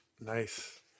nice